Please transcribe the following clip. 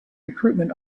recruitment